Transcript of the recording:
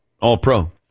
All-Pro